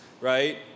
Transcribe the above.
right